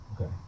Okay